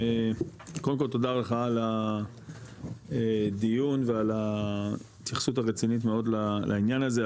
קודם כל תודה לך על הדיון ועל ההתייחסות הרצינית מאוד לעניין הזה,